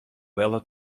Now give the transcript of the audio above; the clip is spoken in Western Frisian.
belle